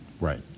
Right